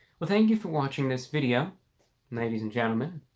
well, thank you for watching this video ladies and gentlemen,